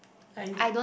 I d~